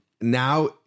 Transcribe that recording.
Now